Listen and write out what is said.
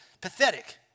pathetic